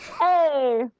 Hey